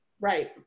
Right